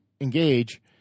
engage